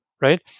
right